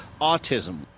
autism